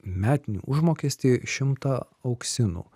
metinį užmokestį šimtą auksinų